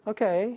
Okay